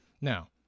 Now